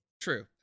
True